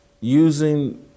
using